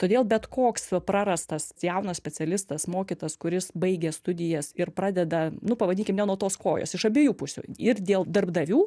todėl bet koks prarastas jaunas specialistas mokytas kuris baigė studijas ir pradeda nu pavadinkim ne nuo tos kojos iš abiejų pusių ir dėl darbdavių